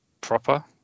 proper